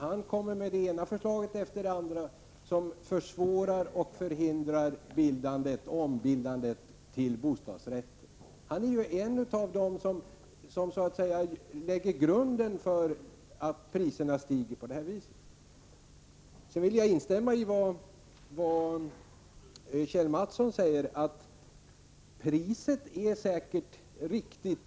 Han kommer med det ena förslaget efter det andra som försvårar och förhindrar bildandet av och ombildandet till bostadsrätter. Han är en av dem som så att säga lägger grunden till att priserna stiger på det här viset. Jag vill instämma i vad Kjell Mattsson säger, att priset i och för sig säkert är riktigt.